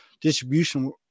distribution